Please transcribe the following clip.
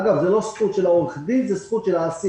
אגב, זה לא זכות של עורך הדין, זו זכות של האסיר.